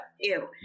Ew